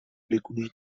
بگویید